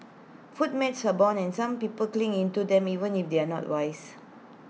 food myths abound and some people cling into them even if they are not wise